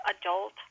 adult